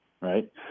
right